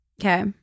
Okay